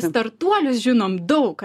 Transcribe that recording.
startuolius žinom daug